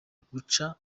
buca